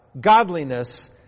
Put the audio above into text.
Godliness